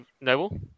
noble